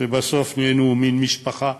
שבסוף נעשינו מין משפחה,